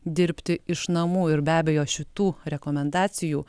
dirbti iš namų ir be abejo šitų rekomendacijų